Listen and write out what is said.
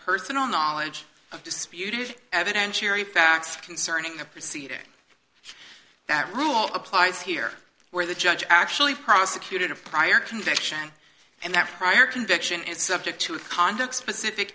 personal knowledge of disputed evidentiary facts concerning the procedure that rule applies here where the judge actually prosecuted a prior conviction and that prior conviction is subject to a conduct specific